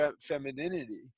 femininity